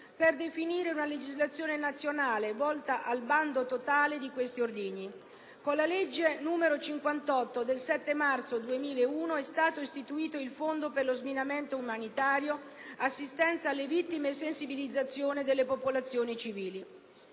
per definire una legislazione nazionale volta al bando totale di questi ordigni. Con la legge 7 marzo 2001, n. 58, è stato istituito il Fondo per lo sminamento umanitario, assistenza alle vittime e sensibilizzazione delle popolazioni civili.